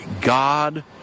God